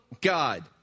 god